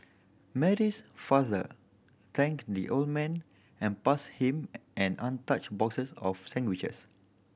Mary's father thanked the old man and passed him an untouched boxes of sandwiches